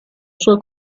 sua